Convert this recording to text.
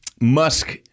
Musk